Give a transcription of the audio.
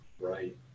Right